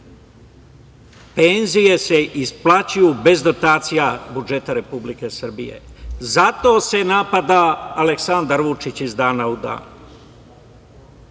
penzije se isplaćuju bez dotacija budžeta Republike Srbije. Zato se napada Aleksandar Vučić iz dana u